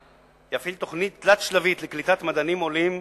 יפעיל תוכנית תלת-שלבית לקליטת מדענים עולים.